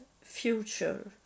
future